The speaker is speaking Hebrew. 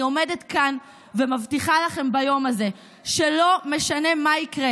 אני עומדת כאן ומבטיחה לכם ביום הזה שלא משנה מה יקרה,